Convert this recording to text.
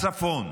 הצפון,